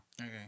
okay